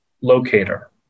locator